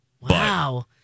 Wow